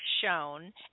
shown